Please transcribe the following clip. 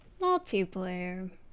multiplayer